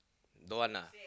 don't want lah